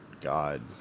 God